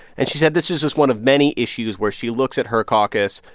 and she said this is just one of many issues where she looks at her caucus.